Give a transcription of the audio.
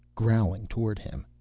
growling toward him.